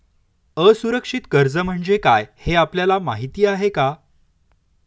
असुरक्षित कर्ज म्हणजे काय हे आपल्याला माहिती आहे का?